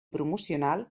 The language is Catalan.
promocional